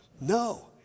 No